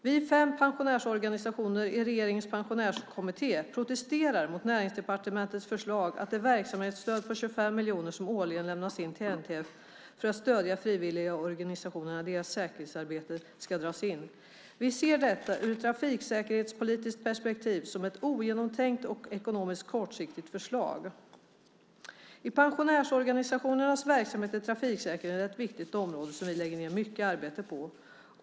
"Vi fem pensionärsorganisationer i Regeringens pensionärskommitté protesterar mot Näringsdepartementets förslag att det verksamhetsstöd på 25 miljoner som årligen lämnas till NTF för att stödja frivilligorganisationen i deras trafiksäkerhetsarbete ska dras in. Vi ser detta, ur ett trafiksäkerhetspolitiskt perspektiv, som ett ogenomtänkt och ekonomiskt kortsiktigt förslag. I pensionärsorganisationernas arbete är trafiksäkerhet ett viktigt arbete som vi lägger ned mycket arbete på.